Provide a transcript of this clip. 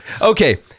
okay